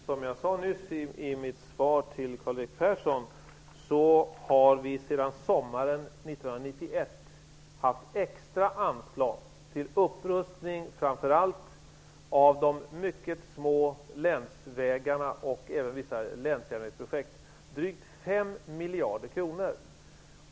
Fru talman! Som jag sade i min replik till Karl-Erik Persson har vi sedan sommaren 1991 haft extra anslag till upprustning framför allt av de mycket små länsvägarna och även vissa länsjärnvägar på drygt 5 miljarder.